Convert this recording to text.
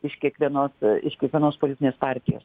iš kiekvienos iš kiekvienos politinės partijos